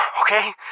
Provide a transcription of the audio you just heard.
Okay